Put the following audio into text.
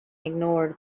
ignored